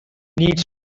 needs